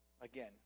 Again